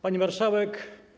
Pani Marszałek!